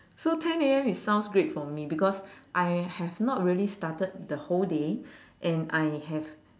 so ten A_M it sounds great for me because I have not really started the whole day and I have